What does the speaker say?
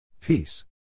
Peace